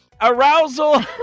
Arousal